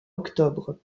octobre